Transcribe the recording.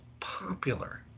popular